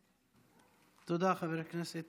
תודה, חבר הכנסת